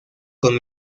con